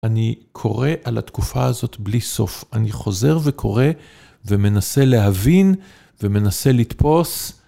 אני קורא על התקופה הזאת בלי סוף, אני חוזר וקורא ומנסה להבין ומנסה לתפוס.